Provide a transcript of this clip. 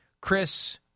Chris